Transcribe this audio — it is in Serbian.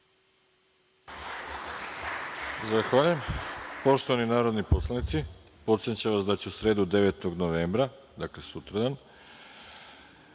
Zahvaljujem. Poštovani narodni poslanici, podsećam vas da će u sredu 9. novembra, dakle sutra,